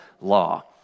law